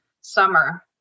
summer